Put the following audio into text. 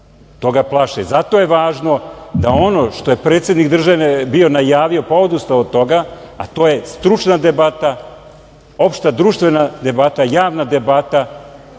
toga plaše. Zato je važno da ono što je predsednik države bio najavio, pa odustao od toga, a to je stručna debata, opšta društvena debata, javna debata